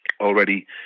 already